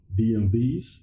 DMVs